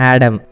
Adam